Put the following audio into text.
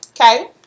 okay